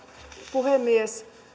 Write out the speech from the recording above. puhemies